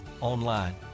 online